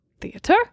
theater